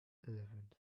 eleventh